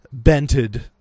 bented